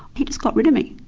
he just got rid of me.